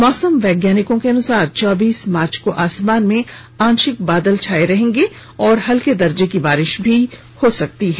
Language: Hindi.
मौसम वैज्ञानिकों के अनुसार चौबीस मार्च को आसमान में आंशिक बादल छायेंगे और हल्के दर्जे की बारिश भी हो सकती है